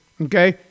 Okay